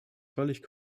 völlig